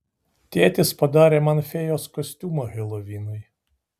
tėtis padarė man fėjos kostiumą helovinui